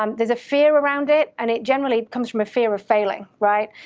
um there's a fear around it and it generally comes from a fear of failing. right?